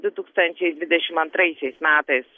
du tūkstančiai dvidešim antraisiais metais